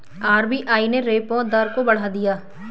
RBI ने repo दर को बढ़ा दिया है